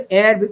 air